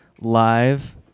live